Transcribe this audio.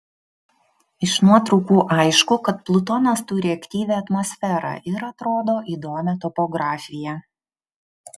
iš nuotraukų aišku kad plutonas turi aktyvią atmosferą ir atrodo įdomią topografiją